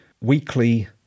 weekly